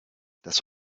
das